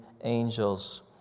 angels